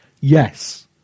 Yes